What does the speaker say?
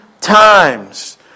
times